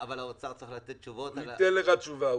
האוצר צריך לתת תשובות על ה --- הוא ייתן לך תשובה.